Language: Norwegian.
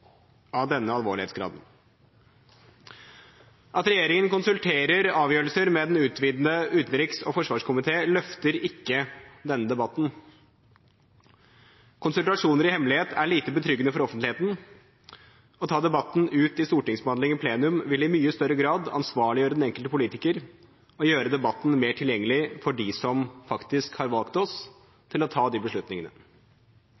av denne alvorlighetsgraden. At regjeringen konsulterer den utvidede utenriks- og forsvarskomité ved avgjørelser, løfter ikke denne debatten. Konsultasjoner i hemmelighet er lite betryggende for offentligheten. Å ta debatten ut i stortingsbehandling i plenum vil i mye større grad ansvarliggjøre den enkelte politiker og gjøre debatten mer tilgjengelig for dem som faktisk har valgt